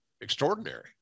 extraordinary